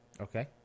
Okay